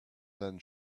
than